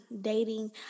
dating